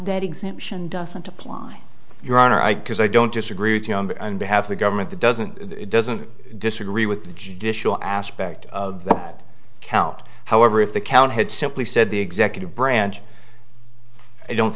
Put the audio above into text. that exemption doesn't apply your honor i cause i don't disagree with him and to have a government that doesn't doesn't disagree with the judicial aspect of that count however if the count had simply said the executive branch i don't